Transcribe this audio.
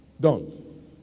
Done